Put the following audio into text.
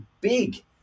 big